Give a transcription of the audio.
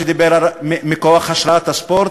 שדיבר מכוח השראת הספורט,